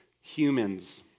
humans